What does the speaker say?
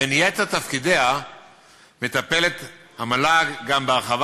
בין יתר תפקידיה מטפלת המל"ג גם בהרחבת